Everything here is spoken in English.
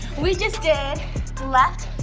we just did left,